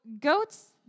goats